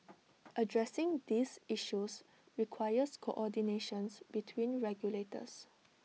addressing these issues requires coordinations between regulators